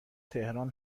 تهران